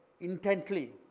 intently